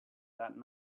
that